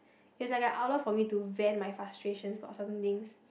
it's like an outlet for me to vent my frustrations about some things